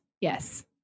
Yes